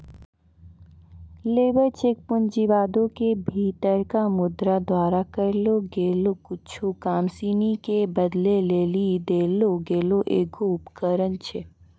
labour cheque पूँजीवादो के भीतरका मुद्रा द्वारा करलो गेलो कुछु काम सिनी के बदलै लेली देलो गेलो एगो उपकरण छै